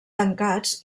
tancats